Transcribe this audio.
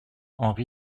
henri